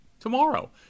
tomorrow